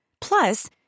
Plus